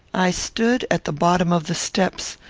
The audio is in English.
i stood, at the bottom of the steps,